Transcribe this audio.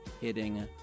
hitting